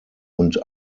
und